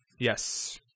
Yes